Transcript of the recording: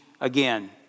again